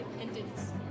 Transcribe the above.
independence